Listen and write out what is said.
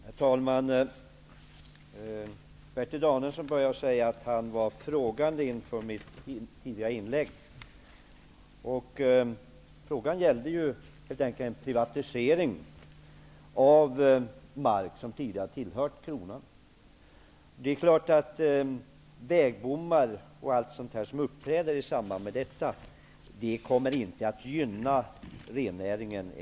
Herr talman! Bertil Danielsson sade att han var frågande inför mitt tidigare inlägg. Frågan gällde helt enkelt en privatisering av mark som tidigare tillhört Kronan. Enligt vårt förmenande är det klart att t.ex. vägbommar inte är gynnsamma för rennäringen.